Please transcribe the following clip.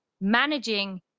managing